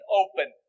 open